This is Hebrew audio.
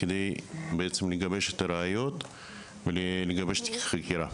זאת על מנת לגבש את הראיות ואת תיק החקירה.